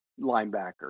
linebacker